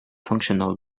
functional